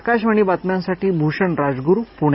आकाशवाणी बातम्यांसाठी भूषण राजगुरू पुणे